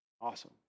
awesome